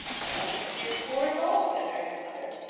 i don't think she is poor at all, said mary's mother.